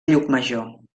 llucmajor